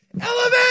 elevate